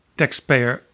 taxpayer